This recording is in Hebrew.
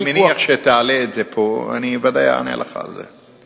אני מניח שתעלה את זה פה, אני ודאי אענה לך על זה.